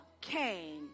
came